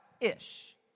ish